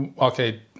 okay